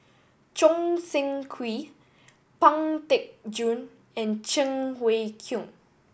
Choo Seng Quee Pang Teck Joon and Cheng Wai Keung